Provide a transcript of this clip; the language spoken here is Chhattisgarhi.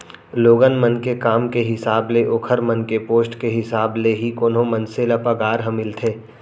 लोगन मन के काम के हिसाब ले ओखर मन के पोस्ट के हिसाब ले ही कोनो मनसे ल पगार ह मिलथे